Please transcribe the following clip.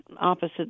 opposite